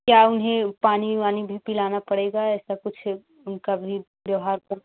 क्या उन्हें पानी वानी भी पिलाना पड़ेगा ऐसा कुछ उनका भी व्यवहार कर